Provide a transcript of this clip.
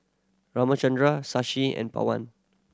Ramchundra Shashi and Pawan